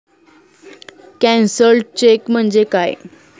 Cancelled cheque म्हणजे काय?